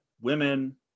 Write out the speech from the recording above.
women